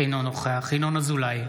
אינו נוכח ינון אזולאי,